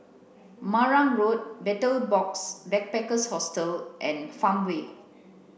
Marang Road Betel Box Backpackers Hostel and Farmway